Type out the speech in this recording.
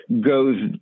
goes